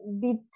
bit